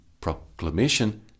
Proclamation